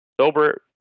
sober